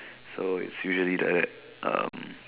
so it's usually like that